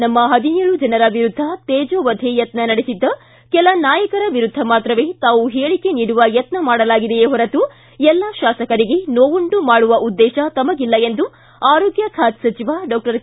ನಮ್ಮ ಹದಿನೇಳು ಜನರ ವಿರುದ್ದ ತೇಜೋವಧೆ ಯತ್ನ ನಡೆಸಿದ್ದ ಕೆಲ ನಾಯಕರ ವಿರುದ್ಧ ಮಾತ್ರವೇ ತಾವು ಹೇಳಕೆ ನೀಡುವ ಯತ್ನ ಮಾಡಲಾಗಿದೆಯೇ ಹೊರತು ಎಲ್ಲಾ ಶಾಸಕರಿಗೆ ನೋವುಂಟು ಮಾಡುವ ಉದ್ದೇಶ ತಮಗಿಲ್ಲ ಎಂದು ಆರೋಗ್ಯ ಖಾತೆ ಸಚಿವ ಡಾಕ್ಟರ್ ಕೆ